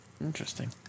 interesting